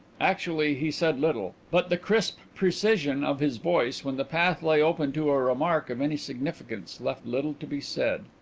actually, he said little, but the crisp precision of his voice when the path lay open to a remark of any significance left little to be said.